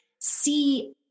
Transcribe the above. see